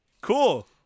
Cool